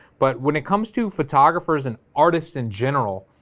but when it comes to photographers and artists in general,